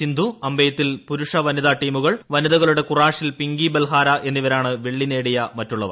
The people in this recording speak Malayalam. സിന്ധു അമ്പെയ്ത്തിൽ പുരുഷ വനിതാ ടീമുകൾ വനിതകളുടെ കുറാഷിൽ പിങ്കി ബൽഹാര എന്നിവരാണ് വെളളി നേടിയ മറ്റുളളവർ